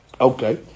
okay